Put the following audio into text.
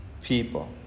people